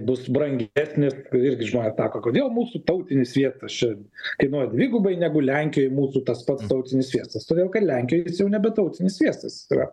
bus brangesnis irgi žmonės sako kodėl mūsų tautinis sviestas čia kainuoja dvigubai negu lenkijoj mūsų tas pat tautinis sviestas todėl kad lenkijoj nebe tautinis sviestas jis yra